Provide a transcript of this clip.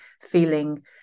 feeling